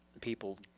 people